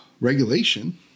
regulation